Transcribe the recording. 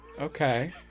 Okay